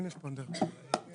בבקשה.